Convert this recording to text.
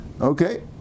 Okay